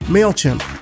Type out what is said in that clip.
MailChimp